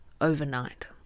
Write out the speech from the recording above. overnight